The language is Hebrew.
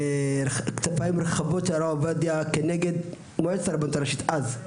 בכתפיים רחבות של הרב עובדיה כנגד מועצת הרבנות הראשית אז,